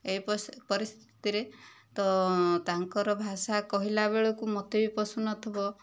ଏ ପରିସ୍ଥିତିରେ ତ ତାଙ୍କର ଭାଷା କହିଲା ବେଳକୁ ମୋତେ ବି ପୋଷୁନଥିବ